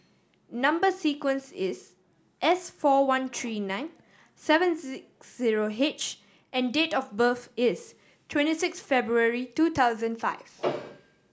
number sequence is S four one three nine seven six zero H and date of birth is twenty six February two thousand five